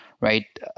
right